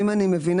אם אני מבינה,